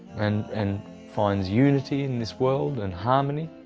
and and finds unity in this world, and harmony,